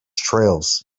trails